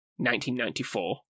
1994